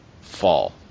fall